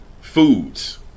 Foods